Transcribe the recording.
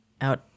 out